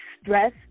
stress